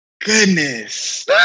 Goodness